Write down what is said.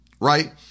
right